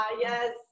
yes